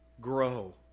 grow